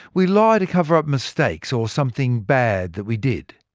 we lie to cover up mistakes or something bad that we did.